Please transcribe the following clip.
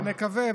נקווה.